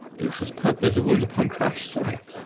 looks as purple as a wound upon christ's side.